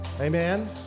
Amen